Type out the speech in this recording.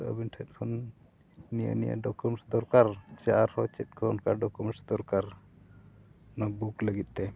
ᱟᱹᱵᱤᱱ ᱴᱷᱮᱱ ᱠᱷᱚᱱ ᱱᱤᱭᱟᱹ ᱱᱤᱭᱟᱹ ᱫᱚᱨᱠᱟᱨ ᱥᱮ ᱟᱨᱦᱚᱸ ᱪᱮᱫ ᱠᱚ ᱚᱱᱠᱟ ᱫᱚᱨᱠᱟᱨ ᱚᱱᱟ ᱵᱩᱠ ᱞᱟᱹᱜᱤᱫᱛᱮ